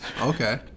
Okay